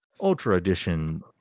ultra-edition